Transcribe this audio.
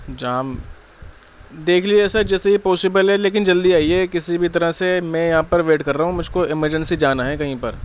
جام دیکھ لیجیے سر جیسے یہ پاسیبل ہے لیکن جلدی آئیے کسی بھی طرح سے میں یہاں پر ویٹ کر رہا ہوں مجھ کو ایمرجنسی جانا ہے کہیں پر